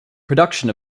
production